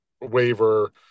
waiver